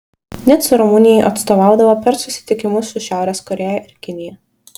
nicu rumunijai atstovaudavo per susitikimus su šiaurės korėja ir kinija